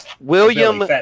William